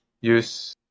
use